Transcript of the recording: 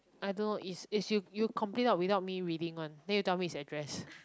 I know is is you you complete without me reading one then you tell me his address